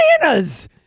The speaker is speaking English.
bananas